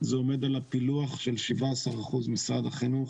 זה עומד על פילוח של 17% משרד החינוך,